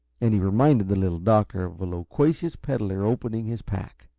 and he reminded the little doctor of a loquacious peddler opening his pack.